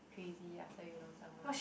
crazy after you know someone